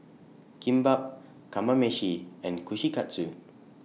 Kimbap Kamameshi and Kushikatsu